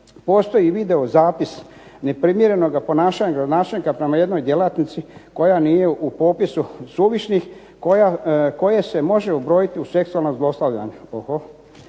Postoji i video zapis neprimjerenoga ponašanja gradonačelnika prema jednoj djelatnici koja nije u popisu suvišnih, koje se može ubrojiti u seksualno zlostavljanje.